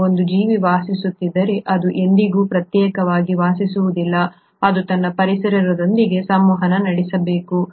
ಈಗ ಒಂದು ಜೀವಿ ವಾಸಿಸುತ್ತಿದ್ದರೆ ಅದು ಎಂದಿಗೂ ಪ್ರತ್ಯೇಕವಾಗಿ ವಾಸಿಸುವುದಿಲ್ಲ ಅದು ತನ್ನ ಪರಿಸರದೊಂದಿಗೆ ಸಂವಹನ ನಡೆಸಬೇಕು